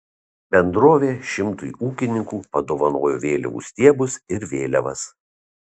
bendrovė šimtui ūkininkų padovanojo vėliavų stiebus ir vėliavas